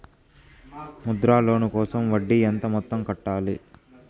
Mudra loan కోసం వడ్డీ ఎంత మొత్తం కట్టాలి